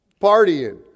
partying